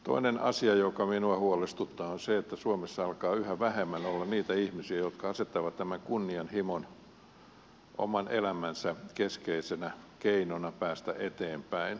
toinen asia mikä minua huolestuttaa on se että suomessa alkaa yhä vähemmän olla niitä ihmisiä jotka asettavat kunnianhimon oman elämänsä keskeiseksi keinoksi päästä eteenpäin